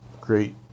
great